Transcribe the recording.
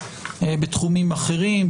בתחומים אחרים,